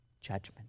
judgment